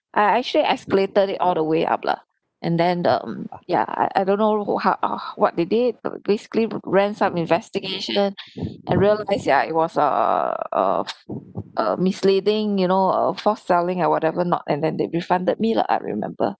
I actually escalated it all the way up lah and then um yeah I I don't know how uh how what they did uh basically ran some investigation and realise yeah it was err uh uh misleading you know uh force selling or whatever not and then they refunded me lah I remember